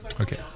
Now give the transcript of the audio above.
Okay